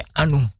anu